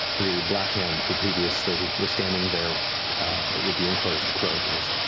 the blackhand who previously was standing there with the enclosed cloak goes,